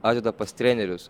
atveda pas trenerius